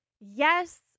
Yes